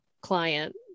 client